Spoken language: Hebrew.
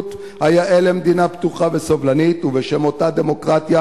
והתארגנות היאה למדינה פתוחה וסובלנית ובשם אותה דמוקרטיה,